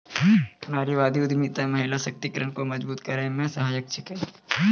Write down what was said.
नारीवादी उद्यमिता महिला सशक्तिकरण को मजबूत करै मे सहायक छिकै